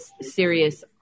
serious